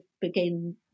begin